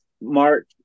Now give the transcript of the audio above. Mark